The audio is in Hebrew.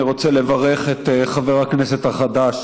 אני רוצה לברך את חבר הכנסת החדש,